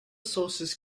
sources